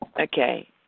Okay